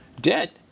Debt